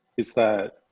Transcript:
is that